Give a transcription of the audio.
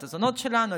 את הזונות שלנו,